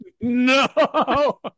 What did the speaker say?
No